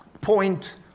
point